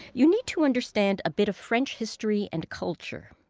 you need to understand a bit of french history and culture.